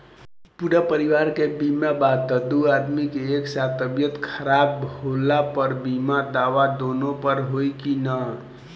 पूरा परिवार के बीमा बा त दु आदमी के एक साथ तबीयत खराब होला पर बीमा दावा दोनों पर होई की न?